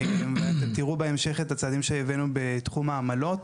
אתם תראו בהמשך את הצעדים שהבאנו בתחום העמלות,